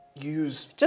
use